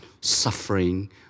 suffering